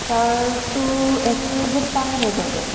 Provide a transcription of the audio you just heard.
তাৰতো expiry date পাৰ হৈ গ'লগৈ